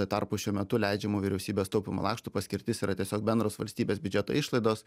tuo tarpu šiuo metu leidžiamų vyriausybės taupymo lakštų paskirtis yra tiesiog bendros valstybės biudžeto išlaidos